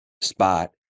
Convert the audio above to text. spot